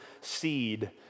seed